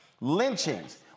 Lynchings